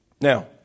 Now